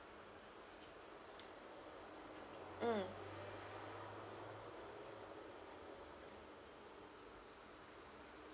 mm